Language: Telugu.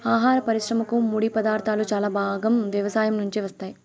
ఆహార పరిశ్రమకు ముడిపదార్థాలు చాలా భాగం వ్యవసాయం నుంచే వస్తాయి